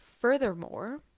Furthermore